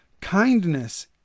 kindness